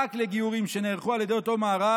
רק לגיורים שנערכו על ידי אותו מערך